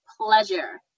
pleasure